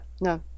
No